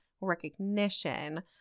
recognition